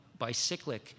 bicyclic